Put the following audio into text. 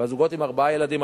והזוגות עם ארבעה ילדים,